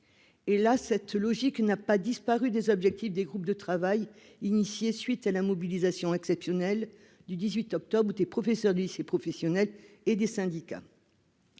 Hélas, cette logique n'a pas disparu des objectifs des groupes de travail mis en place à la suite de la mobilisation exceptionnelle, le 18 octobre dernier, des professeurs de lycée professionnel et des syndicats.